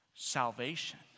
salvation